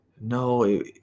No